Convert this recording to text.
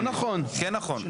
לא נכון.